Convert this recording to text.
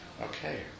okay